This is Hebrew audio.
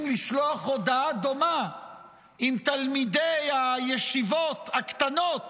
לשלוח הודעה דומה אם תלמידי הישיבות הקטנות